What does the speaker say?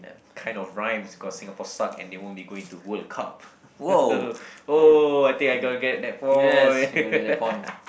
kind of rhymes cause Singapore suck and they won't be going to World Cup oh I think I gonna get that point